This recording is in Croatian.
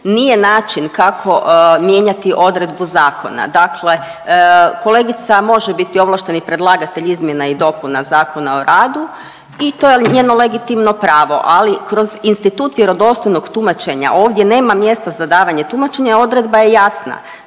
nije način kako mijenjati odredbu zakona, dakle kolegica može biti ovlašteni predlagatelj izmjena i dopuna Zakona o radu i to je njeno legitimno pravo, ali kroz institut vjerodostojnog tumačenja ovdje nema mjesta za davanje tumačenja, odredba je jasna,